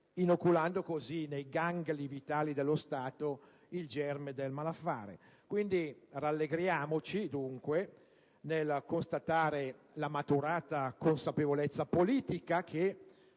inoculando così nei gangli vitali dello Stato il germe del malaffare. Rallegriamoci, dunque, nel constatare la maturata consapevolezza politica che,